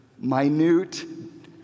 minute